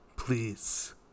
Please